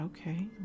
okay